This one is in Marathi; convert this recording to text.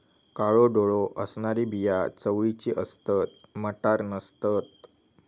काळो डोळो असणारी बिया चवळीची असतत, मटार नसतत